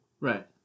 Right